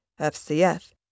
FCF